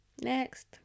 Next